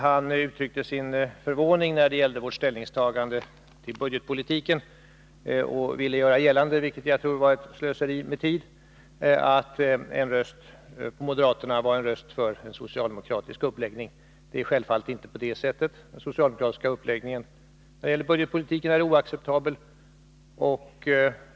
Han uttryckte sin förvåning över vårt ställningstagande till budgetpolitiken och ville göra gällande — vilket jag tror var slöseri med tid — att en röst på moderaterna var en röst för en socialdemokratisk uppläggning. Det är självfallet inte på det sättet. Den socialdemokratiska uppläggningen av budgetpolitiken är oacceptabel.